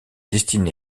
destiné